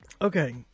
Okay